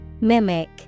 Mimic